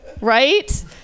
Right